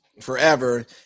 forever